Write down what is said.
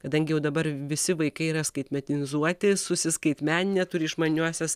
kadangi jau dabar visi vaikai yra skaitmetinzuoti susiskaitmeninę turi išmaniuosias